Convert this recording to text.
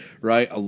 right